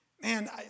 Man